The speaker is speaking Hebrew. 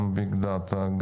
גם ביג דאטה,